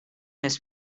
this